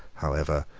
however,